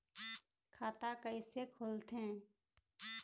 खाता कइसे खोलथें?